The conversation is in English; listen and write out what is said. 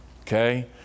okay